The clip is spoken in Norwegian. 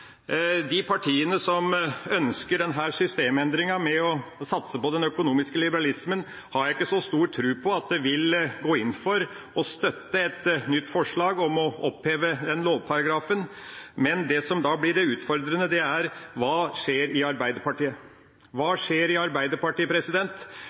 De partiene som ønsker denne systemendringa ved å satse på den økonomiske liberalismen, har jeg ikke så stor tro på vil gå inn for å støtte et nytt forslag om å oppheve denne lovparagrafen. Men det som blir det utfordrende, er: Hva skjer i Arbeiderpartiet?